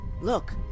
Look